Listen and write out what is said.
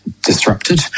Disrupted